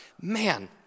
Man